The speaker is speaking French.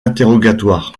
interrogatoire